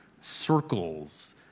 circles